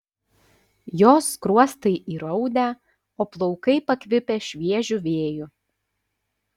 jos skruostai įraudę o plaukai pakvipę šviežiu vėju